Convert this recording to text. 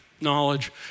knowledge